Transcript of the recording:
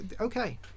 Okay